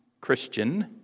Christian